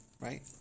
right